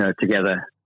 together